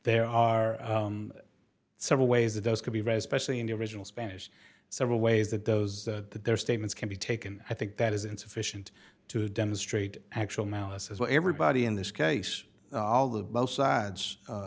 there are several ways that those could be very specially in the original spanish several ways that those that their statements can be taken i think that is insufficient to demonstrate actual malice as what everybody in this case although both sides